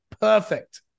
perfect